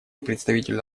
представителя